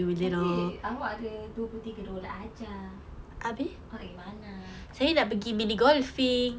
tapi awak ada dua puluh tiga dollar sahaja